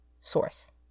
source